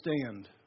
stand